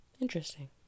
Interesting